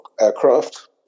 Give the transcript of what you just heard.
aircraft